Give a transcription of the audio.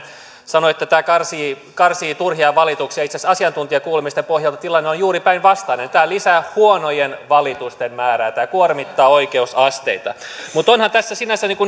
sanoi että tämä karsii karsii turhia valituksia itse asiassa asiantuntijakuulemisten pohjalta tilanne on juuri päinvastainen tämä lisää huonojen valitusten määrää tämä kuormittaa oikeusasteita mutta onhan tässä sinänsä